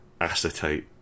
Acetate